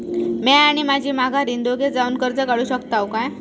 म्या आणि माझी माघारीन दोघे जावून कर्ज काढू शकताव काय?